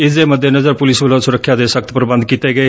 ਇਸ ਦੇ ਮੱਦੇਨਜ਼ਰ ਪੁਲਿਸ ਵੱਲੋ ਸੁਰੱਖਿਆ ਦੇ ਸਖ਼ਤ ਪ੍ਰਬੰਧ ਕੀਤੇ ਗਏ